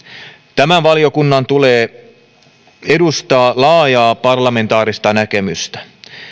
tämän valiokunnan tulee edustaa laajaa parlamentaarista näkemystä